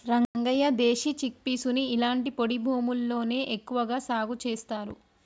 రంగయ్య దేశీ చిక్పీసుని ఇలాంటి పొడి భూముల్లోనే ఎక్కువగా సాగు చేస్తారు